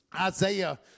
Isaiah